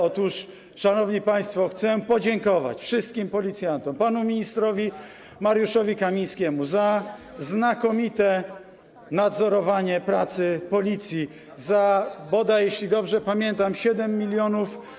Otóż, szanowni państwo, chcę podziękować wszystkim policjantom, panu ministrowi Mariuszowi Kamińskiemu za znakomite nadzorowanie pracy Policji, za bodaj, jeśli dobrze pamiętam, 7 mln.